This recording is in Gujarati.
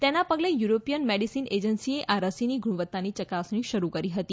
તેના પગલે યુરોપીયન મેડીસીન એજન્સીએ આ રસીની ગુણવત્તાની ચકાસણી શરૂ કરી હતી